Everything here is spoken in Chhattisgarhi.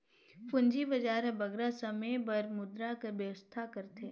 पूंजी बजार हर बगरा समे बर मुद्रा कर बेवस्था करथे